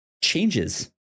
changes